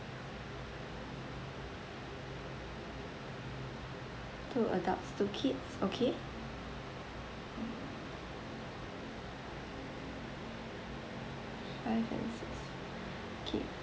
two adults two kids okay five and six okay